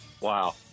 Wow